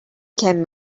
can